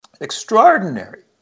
extraordinary